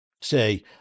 say